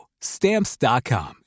Stamps.com